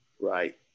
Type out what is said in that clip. right